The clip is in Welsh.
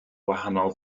wahanol